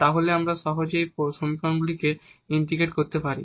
তাহলে আমরা সহজেই এই সমীকরণগুলিকে ইন্টিগ্রেট করতে পারি